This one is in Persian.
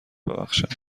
ببخشند